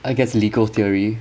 I guess legal theory